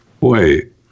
Wait